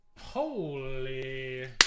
Holy